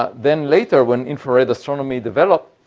ah then later when infrared astronomy developed,